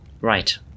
Right